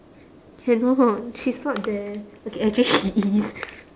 cannot she's not there okay actually she is